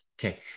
Okay